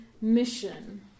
Mission